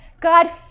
God